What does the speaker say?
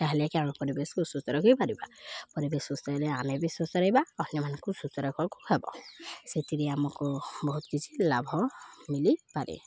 ତାହେଲେକି ଆମ ପରିବେଶକୁ ସୁସ୍ଥ ରଖିପାରିବା ପରିବେଶ ସୁସ୍ଥ ହେଲେ ଆମେ ବି ସୁସ୍ଥ ରହିବା ଅନ୍ୟମାନଙ୍କୁ ସୁସ୍ଥ ରଖିବାକୁ ହେବ ସେଥିରେ ଆମକୁ ବହୁତ କିଛି ଲାଭ ମିଳିପାରେ